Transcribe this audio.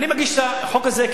אני מגיש את החוק הזה,